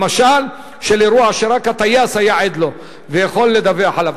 למשל של אירוע שרק הטייס היה עד לו ויכול לדווח עליו,